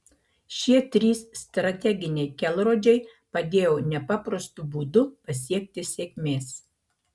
šie trys strateginiai kelrodžiai padėjo nepaprastu būdu pasiekti sėkmės